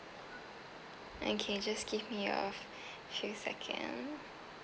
okay just give me a few second